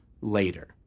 later